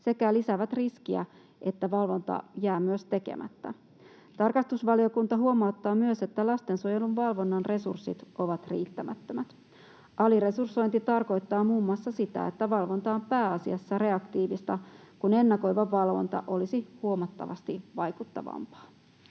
sekä lisäävät riskiä, että valvonta jää myös tekemättä. Tarkastusvaliokunta huomauttaa myös, että lastensuojelun valvonnan resurssit ovat riittämättömät. Aliresursointi tarkoittaa muun muassa sitä, että valvonta on pääasiassa reaktiivista, kun ennakoiva valvonta olisi huomattavasti vaikuttavampaa.